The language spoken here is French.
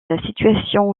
situation